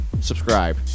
subscribe